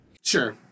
sure